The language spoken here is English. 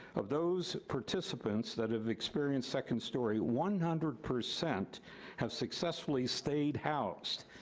of those participants that have experienced second story, one hundred percent have successfully stayed housed.